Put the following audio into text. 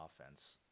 offense